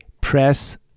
press